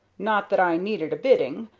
not that i needed a bidding,